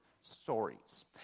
stories